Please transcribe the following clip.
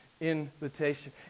invitation